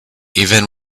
even